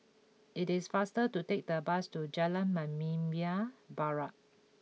it is faster to take the bus to Jalan Membina Barat